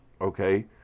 Okay